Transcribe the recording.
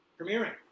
premiering